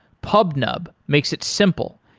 pubnub makes it simple,